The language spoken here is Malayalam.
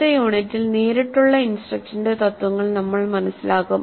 അടുത്ത യൂണിറ്റിൽ നേരിട്ടുള്ള ഇൻസ്ട്രക്ഷന്റെ തത്വങ്ങൾ നമ്മൾ മനസ്സിലാക്കും